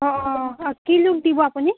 অঁ কি লুক দিব আপুনি